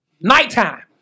Nighttime